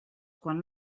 quan